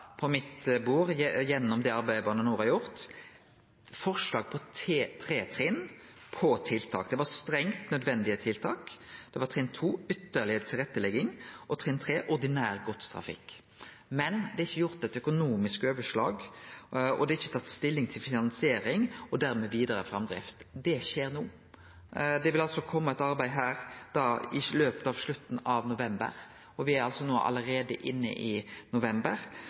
på mitt bord, gjennom det arbeidet Bane NOR har gjort, eit forslag på tre trinn med tiltak. Det var trinn 1: strengt nødvendige tiltak trinn 2: ytterlegare tilrettelegging trinn 3: ordinær godstrafikk Men det har ikkje blitt gjort eit økonomisk overslag, og det er ikkje tatt stilling til finansiering og dermed vidare framdrift. Det skjer no. Det vil kome eit arbeid på dette i slutten av november, og me er allereie i november. Det har altså